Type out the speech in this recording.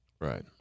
Right